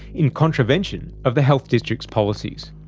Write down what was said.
in contravention of the health district's policies.